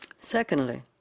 Secondly